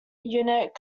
unit